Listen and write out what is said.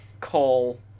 call